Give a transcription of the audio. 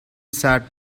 sad